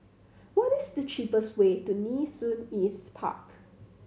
what is the cheapest way to Nee Soon East Park